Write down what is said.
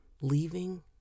leaving